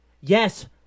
Yes